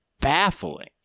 baffling